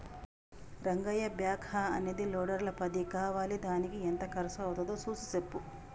Rangayya backhoe అనే లోడర్ల పది కావాలిదానికి ఎంత కర్సు అవ్వుతాదో సూసి సెప్పు